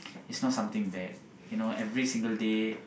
is not something that you know every single day